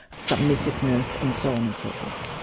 submissiveness and so on and so forth.